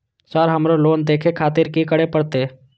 Sir हमरो loan देखें खातिर की करें परतें?